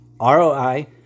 ROI